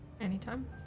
Anytime